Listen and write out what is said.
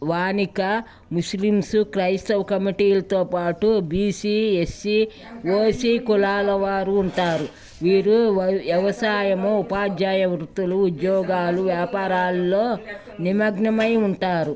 వానిక Muslims క్రైస్తవ కమిటీలతో పాటు B C S C O C కులాలవారు ఉంటారు వీరు వ వ్యవసాయము ఉపాధ్యాయ వృత్తులు ఉద్యోగాలు వ్యాపారాల్లో నిమగ్నమై ఉంటారు